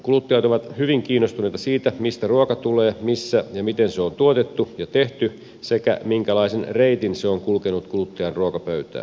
kuluttajat ovat hyvin kiinnostuneita siitä mistä ruoka tulee missä ja miten se on tuotettu ja tehty sekä minkälaisen reitin se on kulkenut kuluttajan ruokapöytään